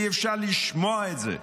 אי-אפשר לשמוע את זה.